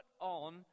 on